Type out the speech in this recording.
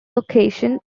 location